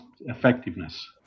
effectiveness